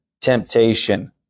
temptation